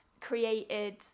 created